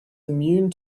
immune